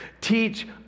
Teach